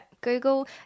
Google